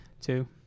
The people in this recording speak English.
two